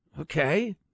Okay